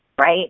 right